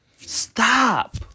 Stop